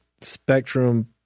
spectrum